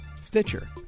stitcher